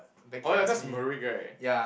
oh right cause Merek right